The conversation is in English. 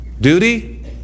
Duty